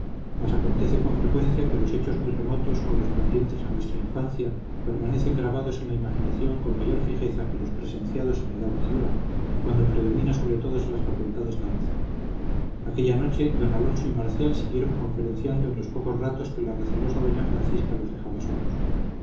mas acontece con frecuencia que los hechos muy remotos correspondientes a nuestra infancia permanecen grabados en la imaginación con mayor fijeza que los presenciados en edad madura y cuando predomina sobre todas las facultades la razón aquella noche d alonso y marcial siguieron conferenciando en los pocos ratos que la recelosa doña francisca los dejaba solos